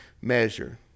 measure